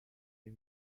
les